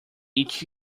each